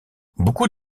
beaucoup